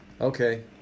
Okay